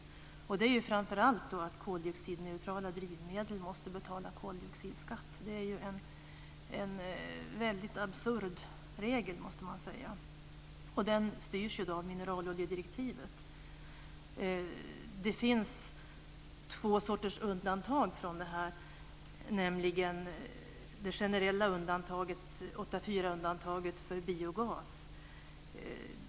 Det är framför allt att koldioxidneutrala drivmedel måste betala koldioxidskatt. Det är en absurd regel. Den styrs av mineraloljedirektivet. Det finns två sorters undantag från detta. Det är det generella undantaget, 8.4-undantaget för biogas.